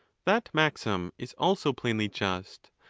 that maxim is also plainly just,